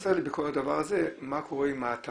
חסר לי בכל הדבר הזה מה קורה עם ההתאמות,